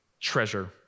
Treasure